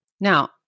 Now